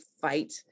fight